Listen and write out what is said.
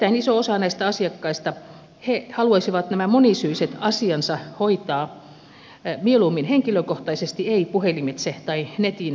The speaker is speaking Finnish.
erittäin iso osa näistä asiakkaista haluaisi nämä monisyiset asiansa hoitaa mieluummin henkilökohtaisesti eivät puhelimitse tai netin välityksellä